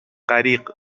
غریق